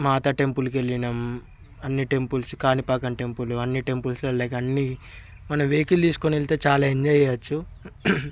మాత టెంపుల్కి వెళ్ళాము అన్ని టెంపుల్స్ కాణిపాకం టెంపుల్ అన్నీ టెంపుల్స్లోకి అన్నీ మన వెహికల్ తీసుకొని వెళితే చాలా ఎంజాయ్ చేయవచ్చు